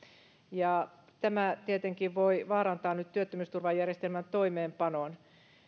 ja tämä tietenkin voi vaarantaa nyt työttömyysturvajärjestelmän toimeenpanon